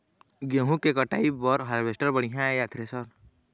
गेहूं के कटाई बर हारवेस्टर बढ़िया ये या थ्रेसर?